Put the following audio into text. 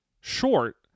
short